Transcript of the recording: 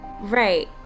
right